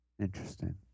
Interesting